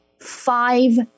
five